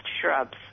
shrubs